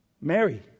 Mary